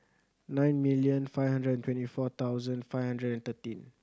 nine million five hundred and twenty four thousand five hundred and thirteen